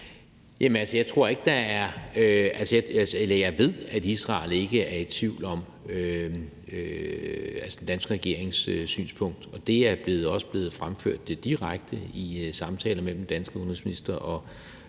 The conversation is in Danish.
Jeg ved, at Israel ikke er i tvivl om den danske regerings synspunkt, og det er også blevet fremført direkte i samtaler mellem den danske udenrigsminister og